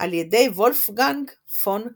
על ידי וולפגנג פון קמפלן.